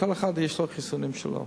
לכל אחד יש חיסונים שלו.